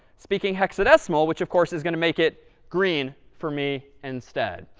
speaking hexadecimal, which, of course, is going to make it green for me instead?